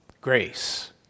Grace